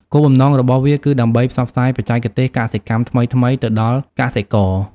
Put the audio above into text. គោលបំណងរបស់វាគឺដើម្បីផ្សព្វផ្សាយបច្ចេកទេសកសិកម្មថ្មីៗទៅដល់កសិករ។